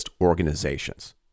organizations